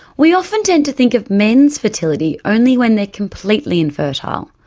we often tend to think of men's fertility only when they're completely infertile.